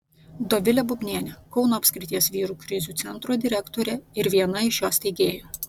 dovilė bubnienė kauno apskrities vyrų krizių centro direktorė ir viena iš jo steigėjų